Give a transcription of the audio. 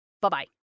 Bye-bye